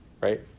right